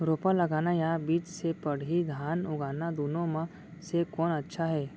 रोपा लगाना या बीज से पड़ही धान उगाना दुनो म से कोन अच्छा हे?